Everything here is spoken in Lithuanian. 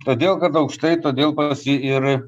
todėl kad aukštai todėl pas jį ir